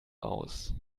aus